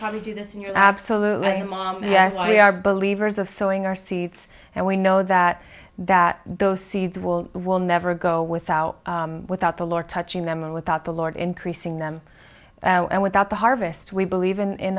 probably do this and you absolutely mom yes we are believers of sowing our seeds and we know that that those seeds will will never go without without the lord touching them and without the lord increasing them and without the harvest we believe in